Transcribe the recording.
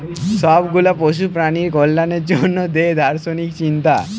সব গুলা পশু প্রাণীর কল্যাণের জন্যে যে দার্শনিক চিন্তা